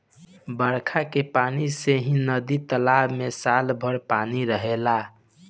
बरखा के पानी से ही नदी तालाब में साल भर पानी रहेला